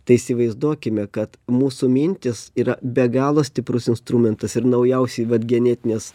tai įsivaizduokime kad mūsų mintys yra be galo stiprus instrumentas ir naujausi vat genetinės